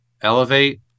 elevate